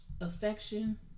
Affection